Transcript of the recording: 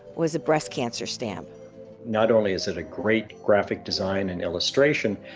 was a breast cancer stamp not only is it a great graphic design and illustration,